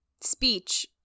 speech